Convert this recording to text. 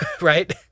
right